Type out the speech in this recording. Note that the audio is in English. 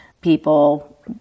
people